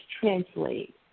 Translate